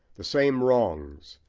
the same wrongs,